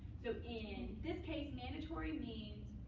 so in this case, mandatory means